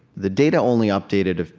the data only updated, ah